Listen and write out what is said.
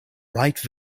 right